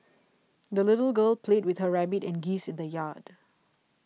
the little girl played with her rabbit and geese in the yard